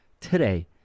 today